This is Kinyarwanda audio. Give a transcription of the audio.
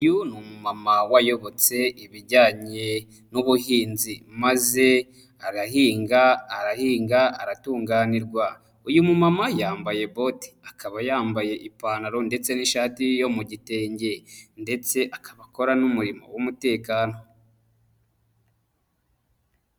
Uyu ni mama wayobotse ibijyanye n'ubuhinzi, maze arahinga arahinga aratunganirwa, uyu mumama yambaye bote, akaba yambaye ipantaro ndetse n'ishati yo mu gitenge ndetse akaba akora n'umurimo w'umutekano.